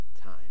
time